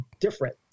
different